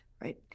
Right